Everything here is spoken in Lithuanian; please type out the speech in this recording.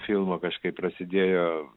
filmo kažkaip prasidėjo